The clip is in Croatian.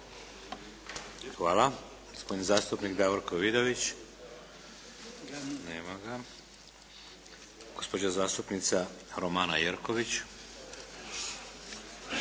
Hvala. Gospodin zastupnik Davorko Vidović. Nema ga. Gospođa zastupnica Romana Jerković.